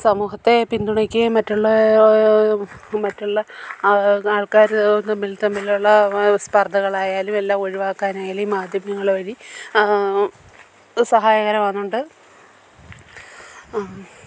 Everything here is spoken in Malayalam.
സമൂഹത്തെ പിന്തുണയ്ക്കുകയും മറ്റുള്ള മറ്റുള്ള ആ ആൾക്കാർ തമ്മിൽ തമ്മിലുള്ള സ്പർദ്ദകളായാലും എല്ലാം ഒഴിവാക്കാനായാലും ഈ മാധ്യമങ്ങൾ വഴി സഹായകരമാകുന്നുണ്ട്